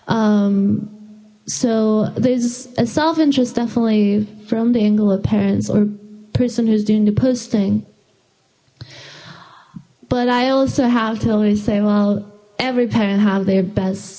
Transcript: world so there's a self interest definitely from the angle of parents or person who's doing the posting but i also have to always say well every parent have their best